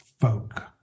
folk